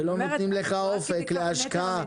ולא נותנים לך אופק להשקעה,